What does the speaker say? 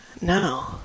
No